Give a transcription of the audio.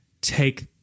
take